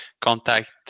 contact